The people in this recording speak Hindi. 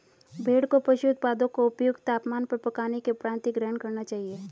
भेड़ को पशु उत्पादों को उपयुक्त तापमान पर पकाने के उपरांत ही ग्रहण करना चाहिए